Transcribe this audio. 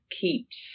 keeps